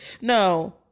No